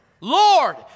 Lord